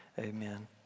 Amen